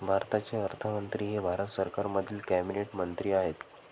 भारताचे अर्थमंत्री हे भारत सरकारमधील कॅबिनेट मंत्री आहेत